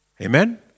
Amen